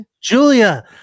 Julia